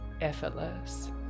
effortless